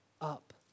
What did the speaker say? up